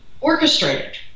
orchestrated